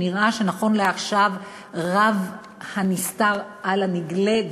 שנראה שנכון לעכשיו רב הנסתר בו על הנגלה,